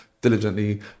diligently